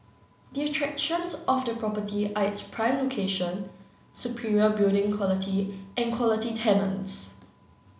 the attractions of the property are its prime location superior building quality and quality tenants